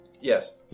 Yes